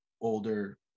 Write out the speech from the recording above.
older